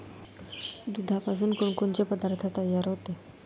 दुधापासून कोनकोनचे पदार्थ तयार होते?